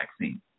vaccine